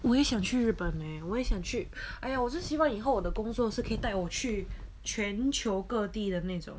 我也想去日本 eh 我也想去哎呀我只希望以后我的工作是可以带我去全球各地的那种